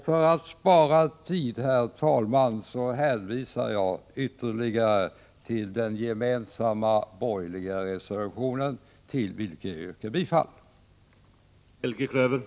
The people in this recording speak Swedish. För att spara tid, herr talman, hänvisar jag ytterligare till den gemensamma borgerliga reservationen, till vilken jag yrkar bifall.